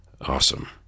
Awesome